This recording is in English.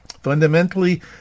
Fundamentally